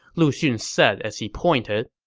lu xun said as he pointed.